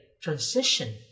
transition